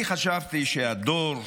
אני חשבתי שהדור שלי,